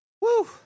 Woo